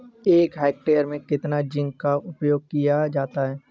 एक हेक्टेयर में कितना जिंक का उपयोग किया जाता है?